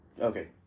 Okay